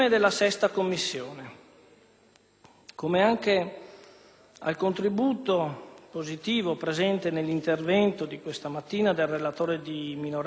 come anche al contributo positivo contenuto nell'intervento di questa mattina del relatore di minoranza, senatore Walter Vitali.